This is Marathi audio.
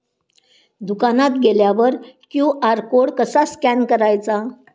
दुकानात गेल्यावर क्यू.आर कोड कसा स्कॅन करायचा?